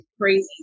crazy